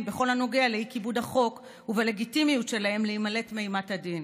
בכל הנוגע לאי-כיבוד החוק וללגיטימיות שלהם להימלט מאימת הדין,